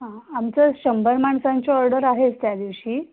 हां आमचं शंभर माणसांची ऑर्डर आहेच त्या दिवशी